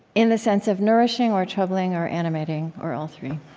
in the sense of nourishing or troubling or animating, or all three